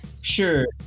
Sure